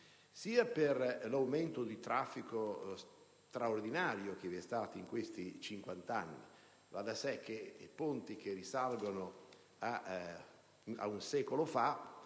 l'aumento di traffico straordinario che vi è stato in questi cinquant'anni (va da sé che i ponti che risalgono a un secolo fa